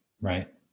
Right